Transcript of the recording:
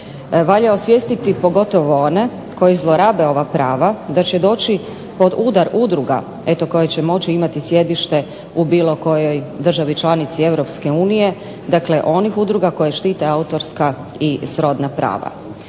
Valja osvijestiti pogotovo one koji zlorabe ova prava da će doći pod udar udruga koje će moći imati sjedište u bilo kojoj državi članici Europske unije, dakle onih udruga koje štite autorska i srodna prava.